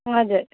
हजुर